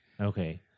Okay